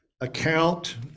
account